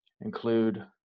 include